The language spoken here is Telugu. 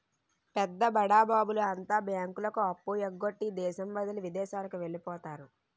పెద్ద బడాబాబుల అంతా బ్యాంకులకు అప్పు ఎగ్గొట్టి దేశం వదిలి విదేశాలకు వెళ్లిపోతారు